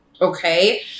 Okay